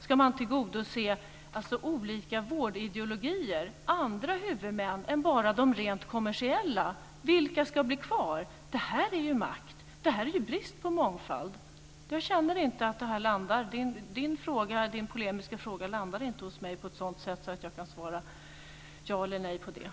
Ska man vidare tillgodose andra huvudmän än bara de rent kommersiella? Vilka ska bli kvar? Det är ju här fråga om makt och en brist på mångfald. Kenneth Johanssons polemiska fråga landar inte hos mig på ett sådant sätt att jag kan svara ja eller nej på den.